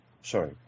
sorry